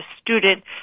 student